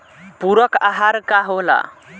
पुरक अहार का होला?